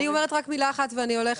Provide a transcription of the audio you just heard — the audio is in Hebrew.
אני אומרת רק מילה אחת ואני הולכת.